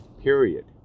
period